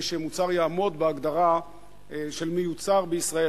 שמוצר יעמוד בהגדרה של "מיוצר בישראל".